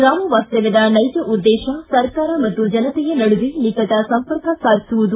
ಗ್ರಾಮವಾಸ್ತವ್ಯದ ನೈಜ ಉದ್ದೇತ ಸರ್ಕಾರ ಮತ್ತು ಜನತೆಯ ನಡುವೆ ನಿಕಟ ಸಂಪರ್ಕ ಸಾಧಿಸುವುದು